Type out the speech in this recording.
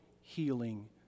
healing